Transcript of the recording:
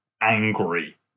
angry